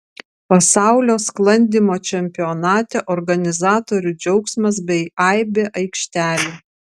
pasaulio sklandymo čempionate organizatorių džiaugsmas bei aibė aikštelių